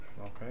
Okay